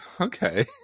okay